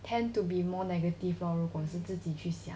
tend to be more negative lor 如果是自己去想